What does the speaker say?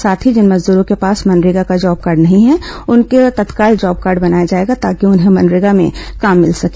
साथ ही जिन मजदूरों के पास मनरेगा का जॉब कार्ड नहीं है उनके लिए तत्काल जॉब कार्ड बनाया जाएगा ताकि उन्हें मनरेगा में काम मिल सके